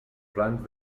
plans